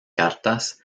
cartas